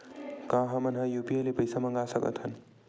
का हमन ह यू.पी.आई ले पईसा मंगा सकत हन?